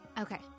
Okay